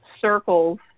circles